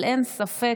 אבל אין ספק,